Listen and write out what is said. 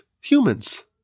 humans